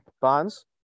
Bonds